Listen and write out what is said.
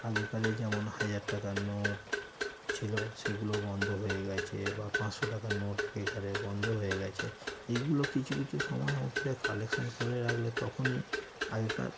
আগেকারে যেমন হাজার টাকার নোট ছিল সেগুলো বন্ধ হয়ে গিয়েছে বা পাঁচশো টাকার নোট আগেকারে বন্ধ হয়ে গিয়েছে এগুলো কিছু কিছু সময় কালেকশন করে রাখলে তখন এই আগেকার